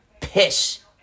piss